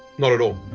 not at all.